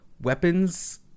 Weapons